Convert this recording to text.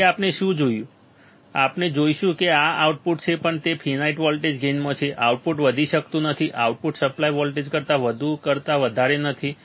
તેથી આપણે શું જોઈશું કે આ આઉટપુટ છે પણ તે ફિનાઈટ વોલ્ટેજ ગેઇનમાં છે આઉટપુટ વધી શકતું નથી આઉટપુટ સપ્લાય વોલ્ટેજ કરતાં વધુ કરતા વધારે નથી